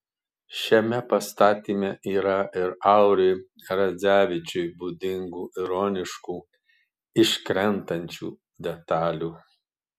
šiame pastatyme yra ir auriui radzevičiui būdingų ironiškų iškrentančių detalių